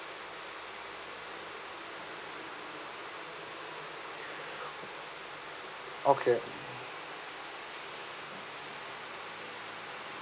okay